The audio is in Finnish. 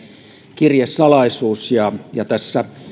kirjesalaisuus ja ja tässä